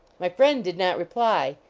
my friend did not reply.